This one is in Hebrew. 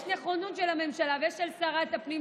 יש נכונות של הממשלה ושל שרת הפנים,